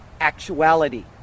actuality